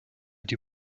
die